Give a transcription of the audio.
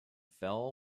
fell